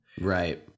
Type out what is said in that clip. Right